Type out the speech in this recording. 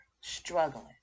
struggling